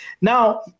Now